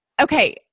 Okay